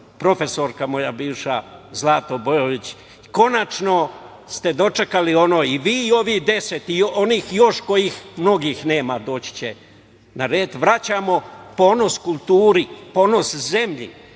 profesorska moja bivša, Zlato Bojović, konačno ste dočekali, i vi i onih 10 i onih još kojih mnogih nema, doći će na red. Vraćamo ponos kulturi, ponos zemlji